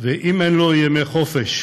ואם אין לו ימי חופשה